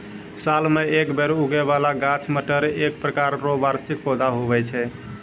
साल मे एक बेर उगै बाला गाछ मटर एक प्रकार रो वार्षिक पौधा हुवै छै